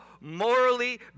morally